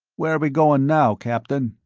where're we going now, captain?